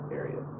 area